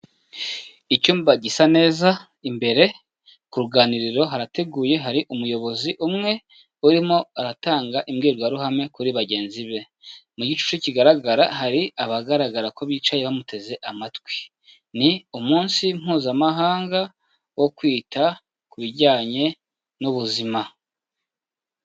Icyumba gisa neza imbere ku ruganiriro harategu hari umuyobozi umwe, urimo aratanga imbwirwaruhame kuri bagenzi be. Mu gicucu kigaragara hari abagaragara ko bicaye bamuteze amatwi. Ni umunsi mpuzamahanga wo kwita ku bijyanye n'ubuzima.